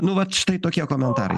nu vat štai tokie komentarai